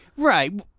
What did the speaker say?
Right